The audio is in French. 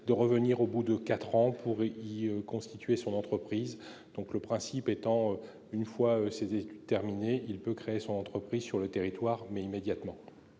de revenir dans un délai de quatre ans pour y constituer son entreprise. Notre principe est que, une fois ses études terminées, il peut créer son entreprise sur le territoire, mais immédiatement.